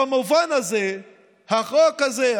במובן הזה החוק הזה,